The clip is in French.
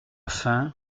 fin